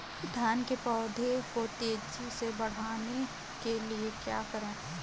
धान के पौधे को तेजी से बढ़ाने के लिए क्या करें?